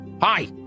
hi